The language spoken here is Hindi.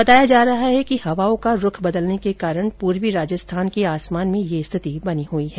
बताया जा रहा है कि हवाओं का रूख बदलने के कारण पूर्वी राजस्थान के आसमान में यह स्थिति बनी हुई है